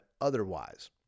otherwise